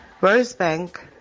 Rosebank